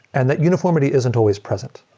and that uniformity isn't always present.